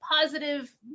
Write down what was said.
positive